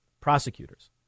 prosecutors